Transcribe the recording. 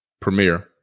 Premiere